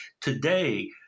Today